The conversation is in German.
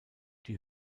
die